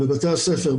בבתי הספר,